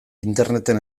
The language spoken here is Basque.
interneten